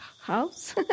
house